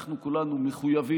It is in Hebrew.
אנחנו כולנו מחויבים